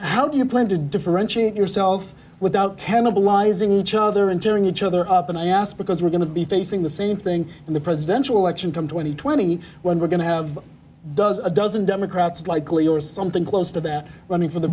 how do you plan to differentiate yourself without pena belies each other and tearing each other up and i ask because we're going to be facing the same thing in the presidential election come twenty twenty one we're going to have does a dozen democrats likely or something close to that running for the